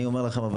אני אומר לכם,